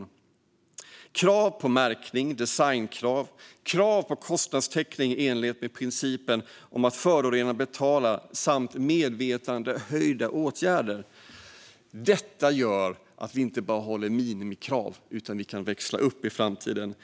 Det handlar om krav på märkning, designkrav, krav på kostnadstäckning i enlighet med principen att förorenaren betalar samt medvetandehöjande åtgärder. Detta gör att vi inte bara håller minimikrav utan kan växla upp i framtiden.